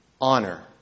honor